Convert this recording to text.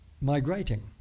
migrating